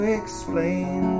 explain